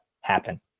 happen